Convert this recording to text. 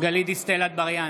גלית דיסטל אטבריאן,